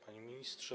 Panie Ministrze!